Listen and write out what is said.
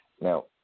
Now